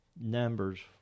numbers